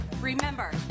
Remember